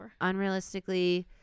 unrealistically